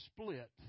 split